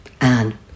Anne